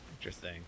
Interesting